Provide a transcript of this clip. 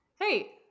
Hey